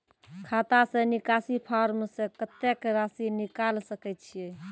खाता से निकासी फॉर्म से कत्तेक रासि निकाल सकै छिये?